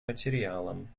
материалом